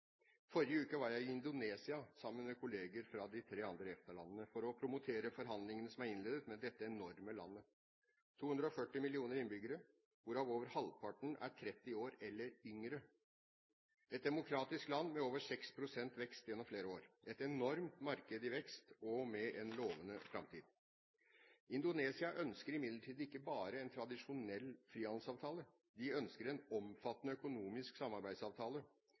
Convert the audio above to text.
Forrige uke var jeg i Indonesia, sammen med kolleger fra de tre andre EFTA-landene, for å promotere forhandlingene som er innledet med dette enorme landet. Landet har 240 millioner innbyggere, hvorav over halvparten er 30 år eller yngre – et demokratisk land med over 6 pst. økonomisk vekst gjennom flere år, med et enormt marked i vekst og med en lovende framtid. Indonesia ønsker imidlertid ikke bare en tradisjonell frihandelsavtale. De ønsker en omfattende økonomisk samarbeidsavtale.